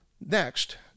Next